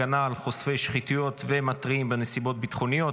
הגנה על חושפי שחיתויות ומתריעים בנסיבות ביטחוניות),